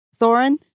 Thorin